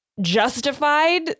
justified